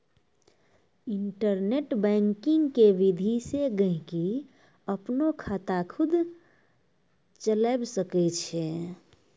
internet banking के विधि से गहकि अपनो खाता खुद चलावै सकै छै